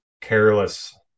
careless